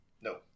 No